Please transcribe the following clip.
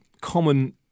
common